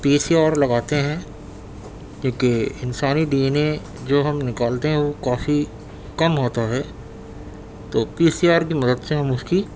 پی C R لگاتے ہیں کیونکہ انسانی ڈی این اے جو ہم نکالتے ہیں وہ کافی کم ہوتا ہے تو پی سی آر کی مدد سے ہم اس کی